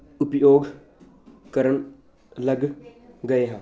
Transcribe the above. ਉਪਯੋਗ ਕਰਨ ਲੱਗ ਗਏ ਹਾਂ